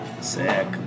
sick